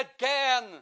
again